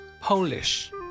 Polish